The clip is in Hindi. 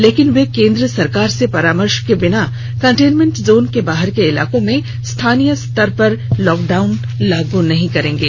लेकिन वे केन्द्र सरकार से परामर्श के बिना कन्टेंमेंट जोन के बाहर के इलाकों में स्थानीय स्तर पर लॉकडाउन लागू नहीं करेंगे